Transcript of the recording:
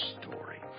story